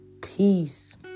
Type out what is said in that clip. Peace